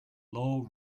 low